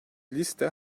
liste